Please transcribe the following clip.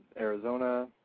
Arizona